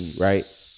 right